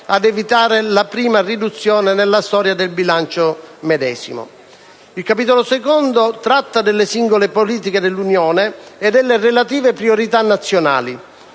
Il capitolo II tratta delle singole politiche dell'Unione e delle relative priorità nazionali.